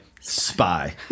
Spy